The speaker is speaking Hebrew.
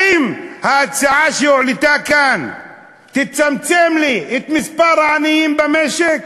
האם ההצעה שהועלתה כאן תצמצם לי את מספר העניים במשק?